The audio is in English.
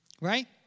Right